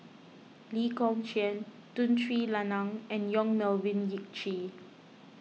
Lee Kong Chian Tun Sri Lanang and Yong Melvin Yik Chye